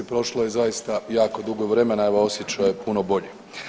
Prošlo je zaista jako dugo vremena, evo osjećaj je puno bolji.